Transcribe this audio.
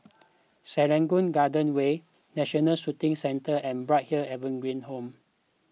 Serangoon Garden Way National Shooting Centre and Bright Hill Evergreen Home